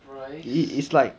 the price